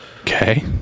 okay